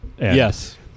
yes